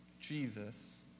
Jesus